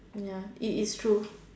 ya it is true